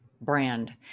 brand